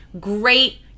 great